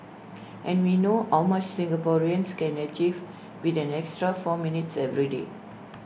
and we know how much Singaporeans can achieve with an extra four minutes every day